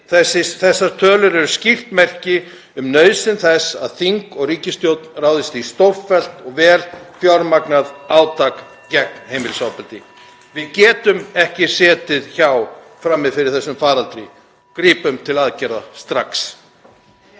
Þessar tölur eru skýrt merki um nauðsyn þess að þing og ríkisstjórn ráðist í stórfellt og vel fjármagnað átak gegn heimilisofbeldi. (Forseti hringir.) Við getum ekki setið hjá frammi fyrir þessum faraldri. Grípum til aðgerða strax.